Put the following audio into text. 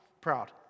Proud